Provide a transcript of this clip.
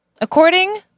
According